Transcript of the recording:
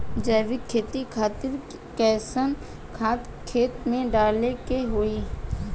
जैविक खेती खातिर कैसन खाद खेत मे डाले के होई?